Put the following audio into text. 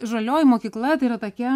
žalioji mokykla tai yra tokia